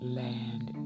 land